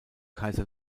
kaiser